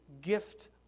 gift